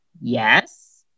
yes